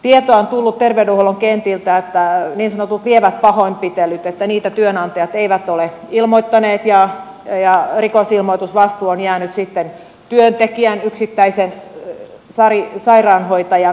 tietoa on tullut terveydenhuollon kentiltä niin sanotuista lievistä pahoinpitelyistä että niitä työnantajat eivät ole ilmoittaneet ja rikosilmoitusvastuu on jäänyt sitten työntekijän yksittäisen sari sairaanhoitajan kontolle